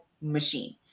machine